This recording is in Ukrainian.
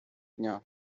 дня